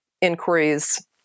inquiries